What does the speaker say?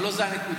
אבל לא זו הנקודה.